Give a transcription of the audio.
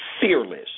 Fearless